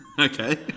Okay